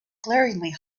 glaringly